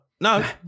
No